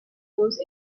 those